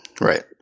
Right